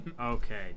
Okay